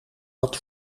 had